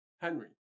Henry